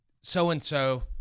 so-and-so